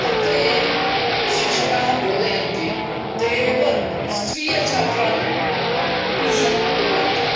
तत्र ये शिक्षकाः बोधयन्ति ते एव स्वीय छात्रान् ट्यूशन् कुर्वन्ति